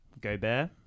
gobert